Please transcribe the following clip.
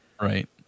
Right